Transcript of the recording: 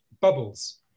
bubbles